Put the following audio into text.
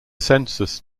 census